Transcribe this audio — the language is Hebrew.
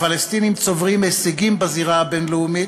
הפלסטינים צוברים הישגים בזירה הבין-לאומית,